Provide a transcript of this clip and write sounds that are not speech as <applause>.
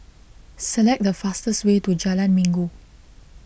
select the fastest way to Jalan <noise> Minggu